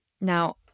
Now